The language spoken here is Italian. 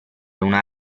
una